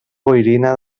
boirina